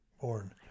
born